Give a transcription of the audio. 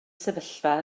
sefyllfa